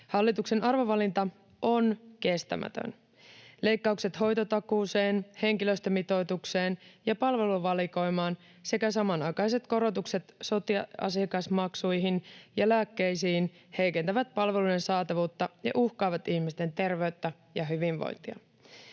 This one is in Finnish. Hallituksen arvovalinta on kestämätön. Leikkaukset hoitotakuuseen, henkilöstömitoitukseen ja palveluvalikoimaan sekä samanaikaiset korotukset sote-asiakasmaksuihin ja lääkkeisiin heikentävät palvelujen saatavuutta ja uhkaavat ihmisten terveyttä ja hyvinvointia.